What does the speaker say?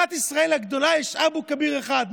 במדינת ישראל הגדולה יש אבו כביר אחד,